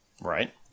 Right